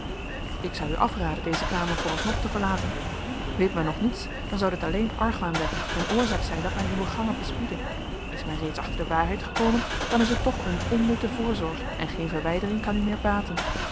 ik zou u afraden deze kamer vooralsnog te verlaten weet men nog niets dan zou dit alleen argwaan wekken en oorzaak zijn dat men uwe gangen bespiedde is men reeds achter de waarheid gekomen dan is het toch een onnutte voorzorg en geen verwijdering kan u meer baten